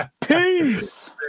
Peace